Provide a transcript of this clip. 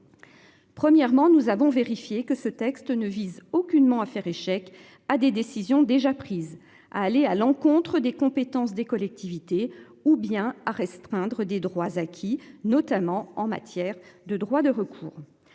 Premièrement nous avons vérifié que ce texte ne vise aucunement à faire échec à des décisions déjà prises à aller à l'encontre des compétences des collectivités ou bien à restreindre des droits acquis, notamment en matière de droits de recours.